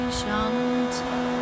Shanti